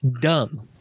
dumb